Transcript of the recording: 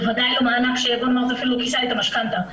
בוודאי לא מענק שכיסה את המשכנתא,